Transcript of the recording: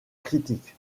critique